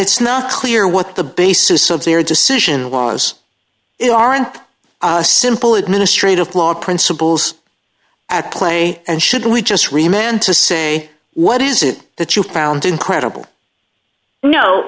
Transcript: it's not clear what the basis of their decision was it aren't a simple administrative law principles at play and should we just remained to say what is it that you found incredible no